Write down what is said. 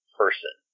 person